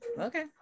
okay